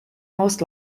most